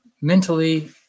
mentally